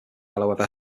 however